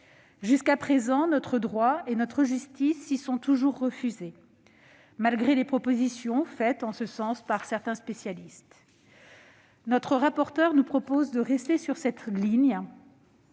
Jusqu'à présent, notre droit et notre justice s'y sont toujours refusés, malgré les propositions faites en ce sens par certains spécialistes. Notre rapporteur nous propose de rester sur cette ligne.